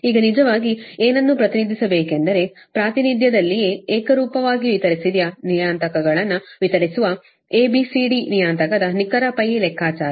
ಈಗ ನಿಜವಾಗಿ ಏನನ್ನು ಪ್ರತಿನಿಧಿಸಬೇಕೆಂದರೆ ಪ್ರಾತಿನಿಧ್ಯದಲ್ಲಿಯೇ ಏಕರೂಪವಾಗಿ ವಿತರಿಸಿದ ನಿಯತಾಂಕಗಳನ್ನು ವಿತರಿಸುವA B C D ನಿಯತಾಂಕದ ನಿಖರ ಲೆಕ್ಕಾಚಾರ